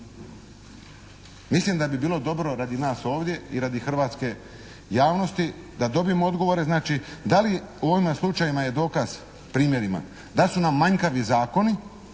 Mislim da bi bilo dobro radi nas ovdje i radi hrvatske javnosti da dobijemo odgovore. Da li u ovima slučajevima je dokaz, primjerima da su nam manjkavi zakoni